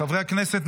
חברי הכנסת,